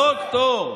דוקטור,